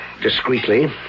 discreetly